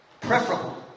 preferable